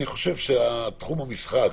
אני חושב שתחום המשחק,